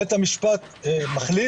בית המשפט מחליט